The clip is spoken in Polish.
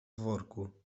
worku